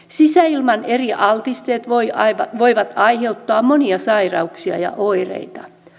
sisäilman eri altisteet voivat aiheuttaa monia sairauksia ja oireita